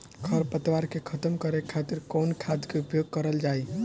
खर पतवार के खतम करे खातिर कवन खाद के उपयोग करल जाई?